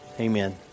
Amen